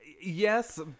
Yes